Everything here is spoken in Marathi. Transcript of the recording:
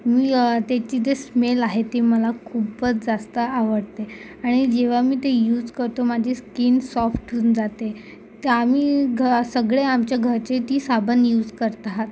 मी त्याची जे स्मेल आहे ती मला खूपच जास्त आवडते आणि जेव्हा मी ते यूज करतो माझी स्कीन सॉफ्ट होऊन जाते तर आम्ही घ सगळे आमच्या घरचे ती साबण यूज करत आहेत